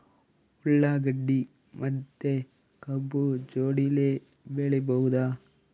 ಉಳ್ಳಾಗಡ್ಡಿ ಮತ್ತೆ ಕಬ್ಬು ಜೋಡಿಲೆ ಬೆಳಿ ಬಹುದಾ?